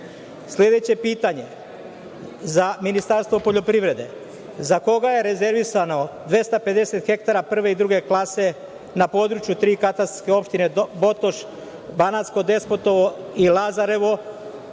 evra? Sledeće pitanje za Ministarstvo poljoprivrede – za koga je rezervisano 250 hektara prve i druge klase na području tri katastarske opštine Botoš, Banatsko Despotovo i Lazarevo,